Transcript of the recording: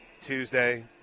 Tuesday